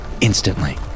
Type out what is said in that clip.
Instantly